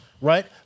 right